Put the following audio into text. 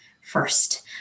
first